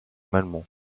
malmont